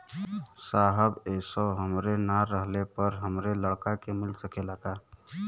साहब ए पैसा हमरे ना रहले पर हमरे लड़का के मिल सकेला का?